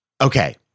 Okay